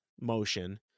motion